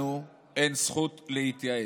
לנו אין זכות להתייאש.